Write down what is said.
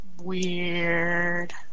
Weird